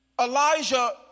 Elijah